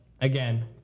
again